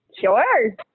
Sure